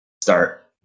start